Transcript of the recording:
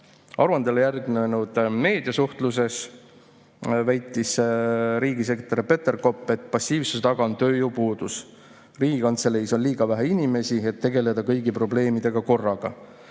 Aruandele järgnenud meediasuhtluses väitis riigisekretär Peterkop, et passiivsuse taga on tööjõupuudus. Riigikantseleis on liiga vähe inimesi, et tegelda kõigi probleemidega korraga.